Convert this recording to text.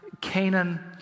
Canaan